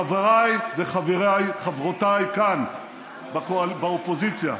חבריי וחברותיי כאן באופוזיציה,